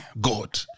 God